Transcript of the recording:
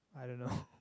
I don't know